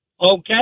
okay